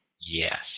Yes